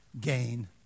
gain